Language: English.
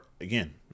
again